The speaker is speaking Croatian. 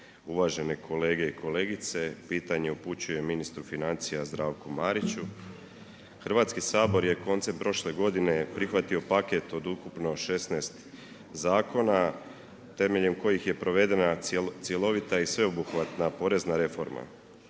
uvažene kolege i kolegice. Pitanje upućujem ministru financija Zdravku Mariću. Hrvatski sabor je koncem prošle godine je prihvatio paket od ukupno 16 zakona, temeljem kojih je provedena cjelovita i sveobuhvatna porezna reforma.